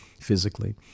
physically